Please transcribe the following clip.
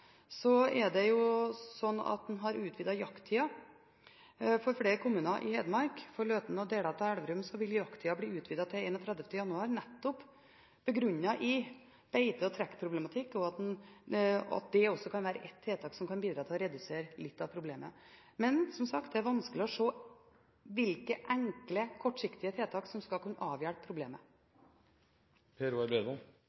det slik at en har utvidet jakttiden for flere kommuner. For Løten og deler av Elverum vil jakttiden bli utvidet til 31. januar, begrunnet i nettopp beite- og trekkproblematikk. Det kan også være et tiltak som kan bidra til å redusere litt av problemet. Men som sagt, det er vanskelig å se hvilke enkle, kortsiktige tiltak som skal kunne avhjelpe